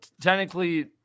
technically